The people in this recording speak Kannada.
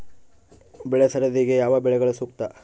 ಬೆಳೆ ಸರದಿಗೆ ಯಾವ ಬೆಳೆಗಳು ಸೂಕ್ತ?